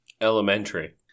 elementary